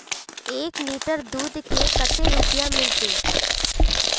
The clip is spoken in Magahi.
एक लीटर दूध के कते रुपया मिलते?